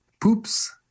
poops